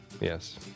Yes